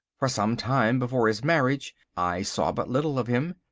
for some time before his marriage i saw but little of him.